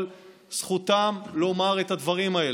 אבל זכותם לומר את הדברים האלה.